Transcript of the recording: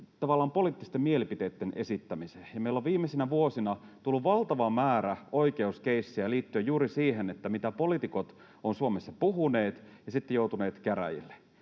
tavallaan poliittisten mielipiteitten esittämiseen. Meillä on viimeisinä vuosina tullut valtava määrä oikeuskeissejä liittyen juuri siihen, mitä poliitikot ovat Suomessa puhuneet, eli he ovat siitä joutuneet käräjille,